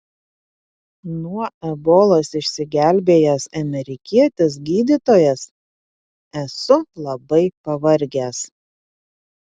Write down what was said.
nuo ebolos išsigelbėjęs amerikietis gydytojas esu labai pavargęs